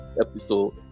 episode